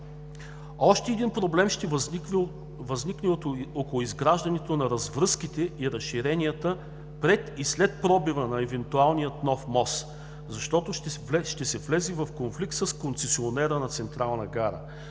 Още един проблем ще възникне около изграждането на развръзките и разширенията пред и след пробива на евентуалния нов мост, защото ще се влезе в конфликт с концесионера на Централна гара